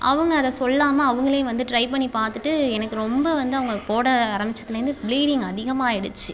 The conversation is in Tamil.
அவங்க அதை சொல்லாமல் அவங்களே வந்து ட்ரைப் பண்ணி பார்த்துட்டு எனக்கு ரொம்ப வந்து அவங்க போட ஆரம்பிச்சதுலந்து ப்ளீடிங் அதிகமாக ஆயிடுச்சு